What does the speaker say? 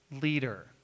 leader